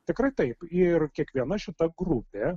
tikrai taip ir kiekviena šita grupė